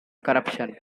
corruption